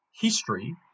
history